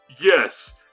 Yes